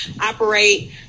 operate